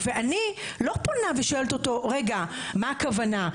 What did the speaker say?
ואני לא פונה ושואלת אותו "רגע, מה הכוונה?